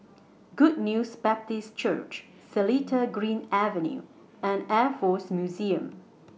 Good News Baptist Church Seletar Green Avenue and Air Force Museum